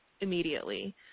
immediately